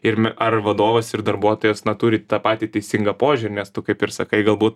ir ar vadovas ir darbuotojas na turi tą patį teisingą požiūrį nes tu kaip ir sakai galbūt